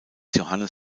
johannes